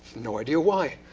no idea why.